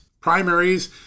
primaries